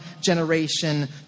generation